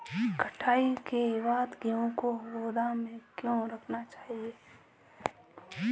कटाई के बाद गेहूँ को गोदाम में क्यो रखना चाहिए?